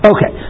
Okay